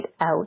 out